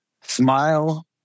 smile